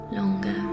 longer